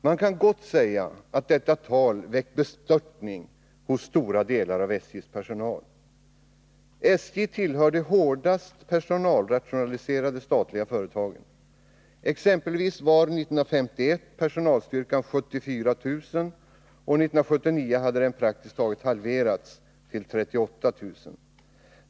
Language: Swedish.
Man kan gott säga att detta tal väckt bestörtning hos stora delar av SJ:s personal. SJ tillhör de hårdast personalrationaliserade statliga företagen. Exempelvis var personalstyrkan 74 000 år 1951. 1979 hade den praktiskt taget halverats — den var då nere i 38 000.